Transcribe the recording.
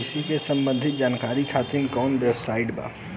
कृषि से संबंधित जानकारी खातिर कवन वेबसाइट बा?